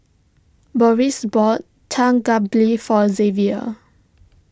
Boris bought Galbi for Xzavier